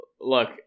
Look